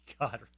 God